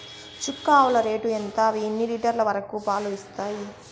చుక్క ఆవుల రేటు ఎంత? అవి ఎన్ని లీటర్లు వరకు పాలు ఇస్తాయి?